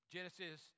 Genesis